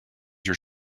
your